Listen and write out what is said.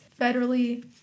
federally